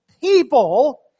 people